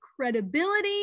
credibility